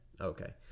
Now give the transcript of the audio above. Okay